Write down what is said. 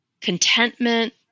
contentment